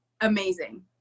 amazing